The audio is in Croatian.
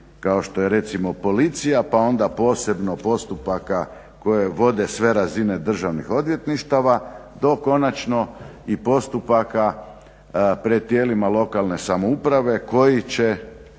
kao što je recimo policija pa onda posebno postupaka koje vode sve razine Državnih odvjetništava do konačno i postupaka pred tijelima lokalna samouprave koji će